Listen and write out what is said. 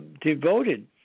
Devoted